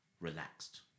relaxed